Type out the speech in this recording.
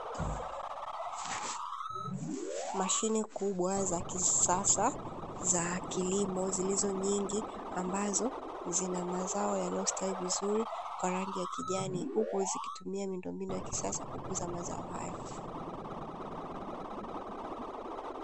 Mashine kubwa za kisasa za kilimo zilizo nyingi ambazo zina mazao yaliyostahili vizuri wanaingia kijana huko zikitumia miundombinu ya kisasa kukuza mazao hayo.